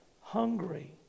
hungry